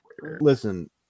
listen